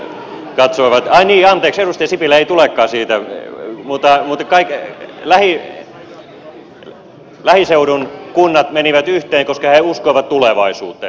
ai niin anteeksi edustaja sipilä ei tulekaan sieltä mutta lähiseudun kunnat menivät yhteen koska ne uskoivat tulevaisuuteen